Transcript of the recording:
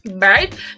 right